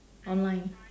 online